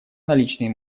наличные